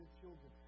children